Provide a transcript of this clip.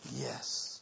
yes